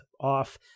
off